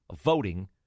voting